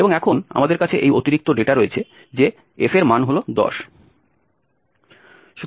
এবং এখন আমাদের কাছে এই অতিরিক্ত ডেটা রয়েছে যে f এর মান হল 10